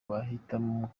bahitamo